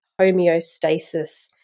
homeostasis